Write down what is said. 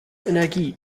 energie